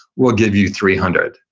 we'll give you three hundred.